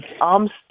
arms